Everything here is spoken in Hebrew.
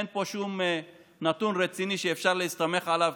אין פה שום נתון רציני שאפשר להסתמך עליו